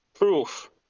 Proof